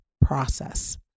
process